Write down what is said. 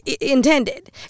intended